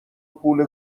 پول